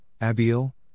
Abiel